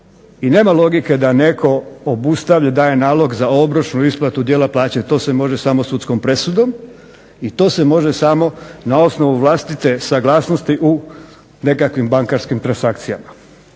i nema logike da netko obustavlja, daje nalog za obročnu isplatu dijela plaće, to se može samo sudskom presudom, i to se može samo na osnovu vlastite saglasnosti u nekakvim bankarskim transakcijama.